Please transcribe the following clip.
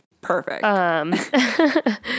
perfect